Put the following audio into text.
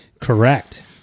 Correct